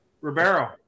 Ribeiro